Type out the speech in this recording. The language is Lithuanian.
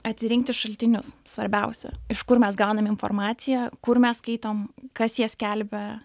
atsirinkti šaltinius svarbiausia iš kur mes gaunam informaciją kur mes skaitom kas ją skelbia